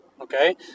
Okay